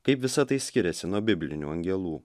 kaip visa tai skiriasi nuo biblinių angelų